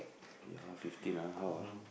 oh ya fifteen ah how ah